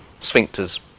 sphincters